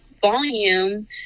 volume